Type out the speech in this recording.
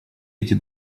эти